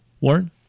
Warren